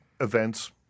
events